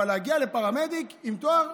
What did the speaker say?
אבל להגיע לפרמדיק עם תואר?